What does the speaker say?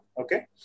Okay